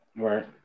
Right